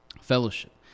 fellowship